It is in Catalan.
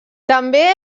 també